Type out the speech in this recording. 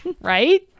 Right